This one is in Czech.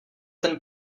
ten